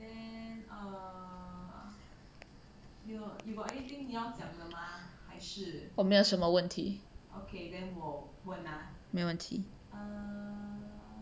我没有什么问题没问题